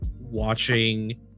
watching